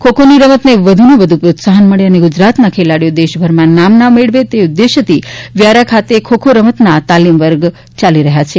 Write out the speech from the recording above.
ખોખોની રમતને વધુને વધુ પ્રોત્સાફન મળે અને ગુજરાતના ખેલાડીઓ દેશભરમાં નામના મેળવે તે ઉદ્દેશ્યથી વ્યારા ખાતે ખોખો રમતના આ તાલીમ વર્ગ ચાલી રહ્યા છે